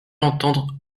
entendre